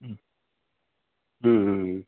ம் ம் ம் ம்